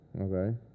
Okay